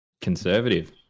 Conservative